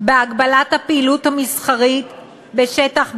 בהגבלת הפעילות המסחרית בשטח בית-החולים,